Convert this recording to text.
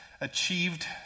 achieved